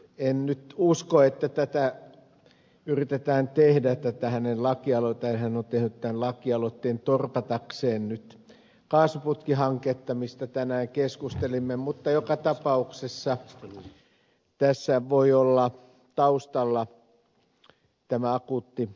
en nyt usko että hän on tehnyt tämän lakialoitteen torpatakseen nyt kaasuputkihanketta mistä tänään keskustelimme mutta joka tapauksessa tässä voi olla taustalla tämä akuutti hanke